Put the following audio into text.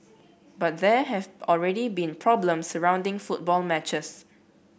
but there have already been problem surrounding football matches